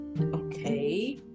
Okay